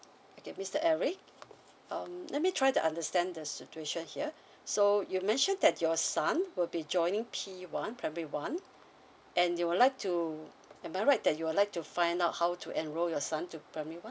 okay mr eric um let me try to understand the situation here so you mentioned that your son will be joining P one primary one and you would like to am I right that you would like to find out how to enroll your son to primary one